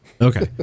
Okay